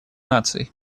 наций